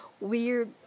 weird